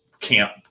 camp